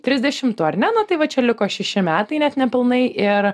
trisdešimtų ar ne nu tai va čia liko šeši metai net nepilnai ir